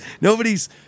nobody's